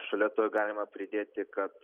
šalia to galima pridėti kad